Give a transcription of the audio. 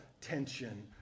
tension